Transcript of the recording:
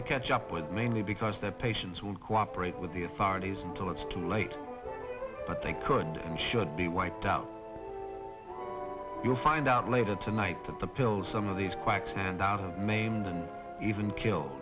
to catch up with mainly because their patients will cooperate with the authorities until it's too late but they could and should be wiped out you'll find out later tonight that the pills some of these quacks hand out and maimed and even kill